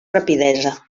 rapidesa